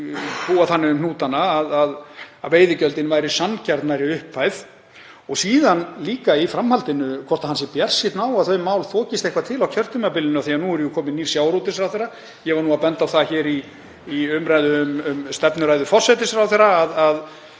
búa þannig um hnútana að veiðigjöldin væru sanngjarnari upphæð, og síðan líka í framhaldinu hvort hann sé bjartsýnn á að þau mál þokist eitthvað á kjörtímabilinu, því að nú er jú kominn nýr sjávarútvegsráðherra. Ég benti á það í umræðu um stefnuræðu forsætisráðherra að